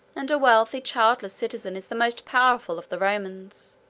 and a wealthy childless citizen is the most powerful of the romans.